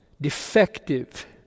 defective